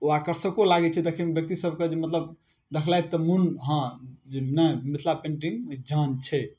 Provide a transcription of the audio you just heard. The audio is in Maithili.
ओ आकर्षको लागै छै देखैमे व्यक्ति सबके जे मतलब देखलथि तऽ मोन हँ जे नहि मिथिला पेन्टिङ्ग जान छै